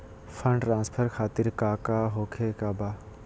Fund transfer खातिर काका होखे का बा?